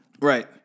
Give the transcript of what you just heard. right